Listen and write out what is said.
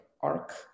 ARC